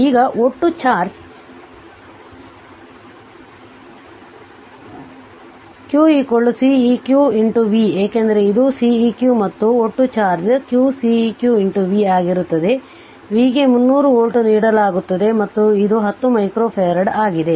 ಈಗ ಒಟ್ಟು charge q Ceq v ಏಕೆಂದರೆ ಇದು Ceq ಮತ್ತು ಒಟ್ಟು ಚಾರ್ಜ್ q Ceq v ಆಗಿರುತ್ತದೆ v ಗೆ 300 ವೋಲ್ಟ್ ನೀಡಲಾಗುತ್ತದೆ ಮತ್ತು ಇದು 10 ಮೈಕ್ರೋಫರಾಡ್ ಆಗಿದೆ